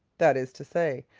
that is to say,